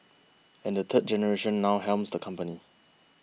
and the third generation now helms the company